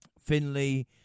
Finley